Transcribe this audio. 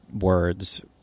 words